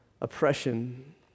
oppression